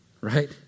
right